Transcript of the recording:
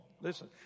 listen